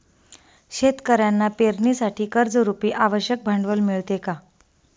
शेतकऱ्यांना पेरणीसाठी कर्जरुपी आवश्यक भांडवल मिळते का?